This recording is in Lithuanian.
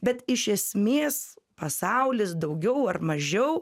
bet iš esmės pasaulis daugiau ar mažiau